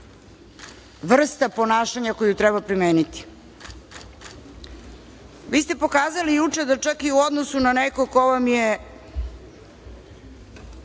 vrsta ponašanja koju treba primeniti. Vi ste pokazali juče da čak i u odnosu na nekog ko vam je,